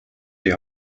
die